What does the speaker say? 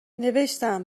نوشتم